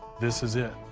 this is it.